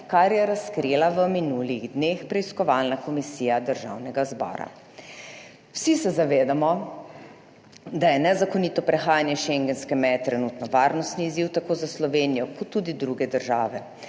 kar je razkrila v minulih dneh preiskovalna komisija Državnega zbora. Vsi se zavedamo, da je nezakonito prehajanje schengenske meje trenutno varnostni izziv tako za Slovenijo kot tudi druge države